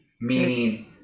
meaning